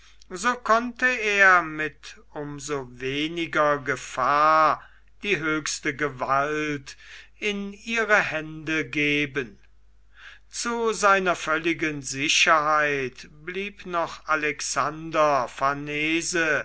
so konnte er mit um so weniger gefahr die höchste gewalt in ihre hände geben zu seiner völligen sicherheit blieb noch alexander farnese